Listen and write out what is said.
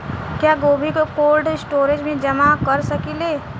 क्या गोभी को कोल्ड स्टोरेज में जमा कर सकिले?